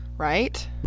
Right